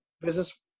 business